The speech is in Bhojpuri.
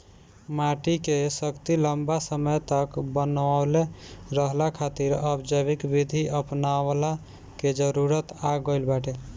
माटी के शक्ति लंबा समय तक बनवले रहला खातिर अब जैविक विधि अपनऊला के जरुरत आ गईल बाटे